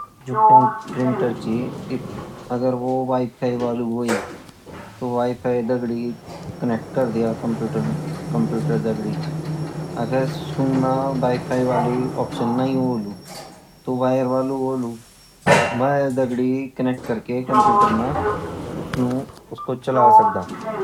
जो प्रिंटर ची अगर वो विफई वलु हुए तो वो विफई दगडी कंक्ट कर दिया कंप्यूटर दगडी अगर सुमाँ विफई वलु नहीं होलु तो वायर दगडी कनेक्ट करिकै कंप्यूटर माँ उसको चला सकदा